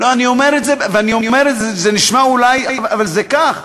ואני אומר את זה, זה נשמע אולי, אבל זה כך.